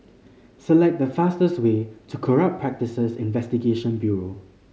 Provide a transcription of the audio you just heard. select the fastest way to Corrupt Practices Investigation Bureau